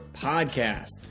Podcast